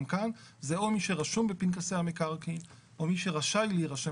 כאן זה או מי שרשום בפנקסי המקרקעין או מי שרשאי להירשם